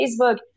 Facebook